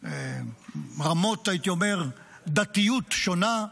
הייתי אומר רמות דתיות שונה,